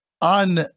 on